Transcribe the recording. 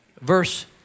verse